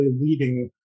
leading